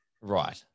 Right